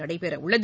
நடைபெறவுள்ளது